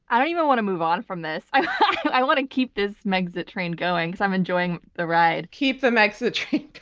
i don't even want to move on from this. i want to keep this megxit train going because i'm enjoying the ride. keep the megxit train